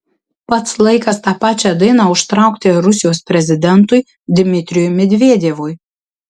pats laikas tą pačią dainą užtraukti ir rusijos prezidentui dmitrijui medvedevui